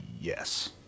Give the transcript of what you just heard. yes